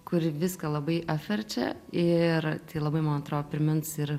kuri viską labai apverčia ir tai labai man atrodo primins ir